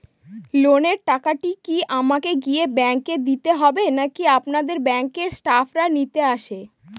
লোনের টাকাটি কি আমাকে গিয়ে ব্যাংক এ দিতে হবে নাকি আপনাদের ব্যাংক এর স্টাফরা নিতে আসে?